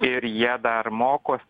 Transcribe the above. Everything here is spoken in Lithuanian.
ir jie dar mokos